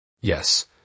Yes